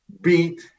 beat